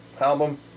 album